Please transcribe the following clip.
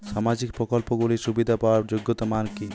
সামাজিক প্রকল্পগুলি সুবিধা পাওয়ার যোগ্যতা মান কি?